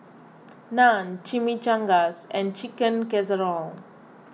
Naan Chimichangas and Chicken Casserole